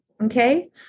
Okay